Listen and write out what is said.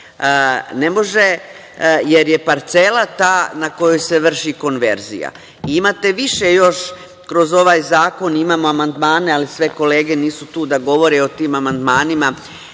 Ne može, jer je parcela ta na kojoj se vrši konverzija. Imate više, kroz ovaj zakon, amandmana, ali sve kolege nisu tu da govore o tim amandmana.